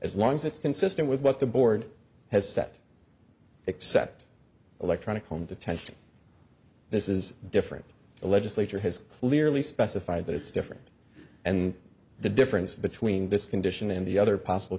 as long as it's consistent with what the board has set except electronic home detention this is different the legislature has clearly specified that it's different and the difference between this condition and the other possible